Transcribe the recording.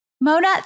Mona